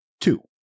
two